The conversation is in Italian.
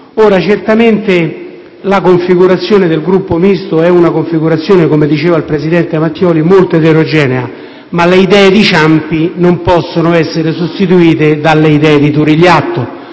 Certamente la configurazione del Gruppo Misto è - come diceva il Presidente Matteoli - molto eterogenea, ma le idee di Ciampi non possono essere sostituite dalle idee di Turigliatto.